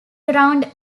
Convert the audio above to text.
around